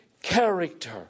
character